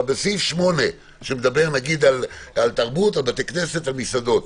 אבל בסעיף 8 שמדבר על תרבות, בתי כנסת ומסעדות,